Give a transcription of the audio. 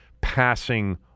passing